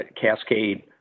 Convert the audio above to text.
cascade